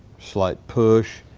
slight push.